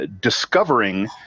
discovering